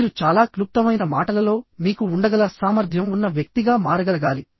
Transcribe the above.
మీరు చాలా క్లుప్తమైన మాటలలో మీకు ఉండగల సామర్థ్యం ఉన్న వ్యక్తిగా మారగలగాలి